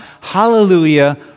hallelujah